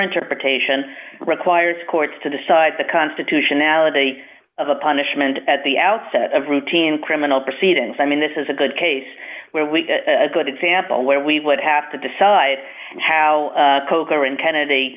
interpretation requires courts to decide the constitutionality of a punishment at the outset of routine criminal proceedings i mean this is a good case where we are good example where we would have to decide how coco and kennedy